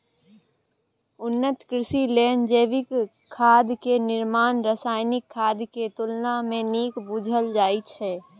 उन्नत कृषि लेल जैविक खाद के निर्माण रासायनिक खाद के तुलना में नीक बुझल जाइ छइ